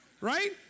right